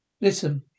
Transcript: Listen